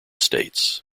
states